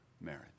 marriage